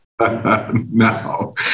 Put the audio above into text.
no